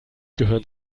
gehören